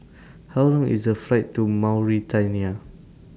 How Long IS The Flight to Mauritania